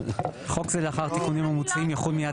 חוק זה לאחר התיקונים המוצעים יחול מיד